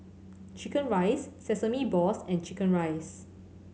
chicken rice sesame balls and chicken rice